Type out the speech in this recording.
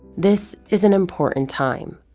this is an important time.